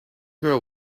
girl